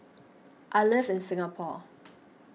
I live in Singapore